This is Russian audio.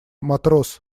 матрос